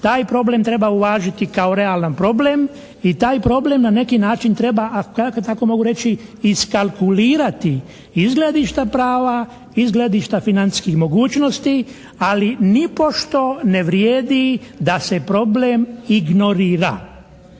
taj problem treba uvažiti kao realan problem i taj problem na neki način treba, ako tako mogu reći, iskalkulirati, iz gledišta prava, iz gledišta financijskih mogućnosti ali nipošto ne vrijedi da se problem ignorira.